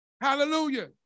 Hallelujah